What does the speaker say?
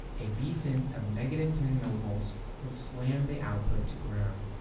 a vsense of negative ten millivolts will slam the output to ground.